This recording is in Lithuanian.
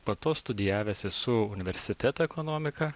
po to studijavęs esu universitete ekonomiką